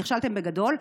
ונכשלתם בגדול,